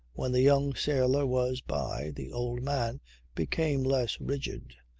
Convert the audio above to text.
when the young sailor was by, the old man became less rigid,